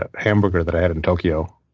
ah hamburger that i had in tokyo.